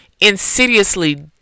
insidiously